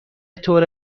طور